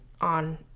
on